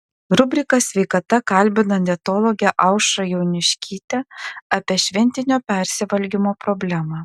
rubrika sveikata kalbina dietologę aušrą jauniškytę apie šventinio persivalgymo problemą